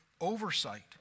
oversight